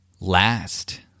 Last